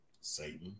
Satan